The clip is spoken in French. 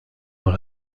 dans